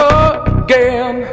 again